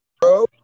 bro